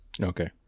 okay